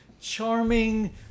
charming